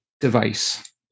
device